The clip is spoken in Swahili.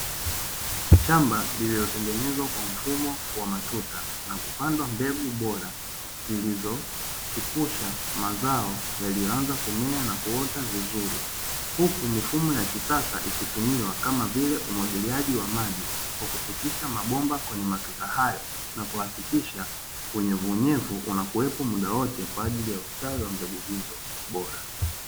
Shamba lililotengenezwa kwa mfumo wa matuta na kupandwa mbegu bora zilizochipusha mazao yaliyoanza kumea na kuota vizuri. Huku mifumo ya kisasa ikitumiwa kama vile umwagiliaji wa maji kwa kupitisha mabomba kwenye matuta hayo na kuhakikisha unyevuunyevu unakuwepo muda wote kwa ajili ya ustawi wa mbegu hizo bora.